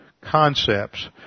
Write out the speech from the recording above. concepts